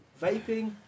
Vaping